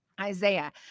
Isaiah